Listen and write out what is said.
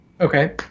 okay